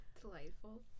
Delightful